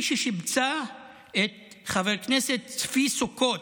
היא ששיבצה את חבר הכנסת צבי סוכות,